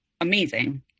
amazing